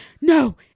no